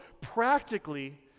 practically